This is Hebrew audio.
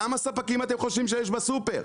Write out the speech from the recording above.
כמה ספקים אתם חושבים שיש בסופר?